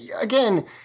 again